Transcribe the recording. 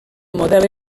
model